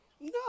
No